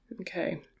Okay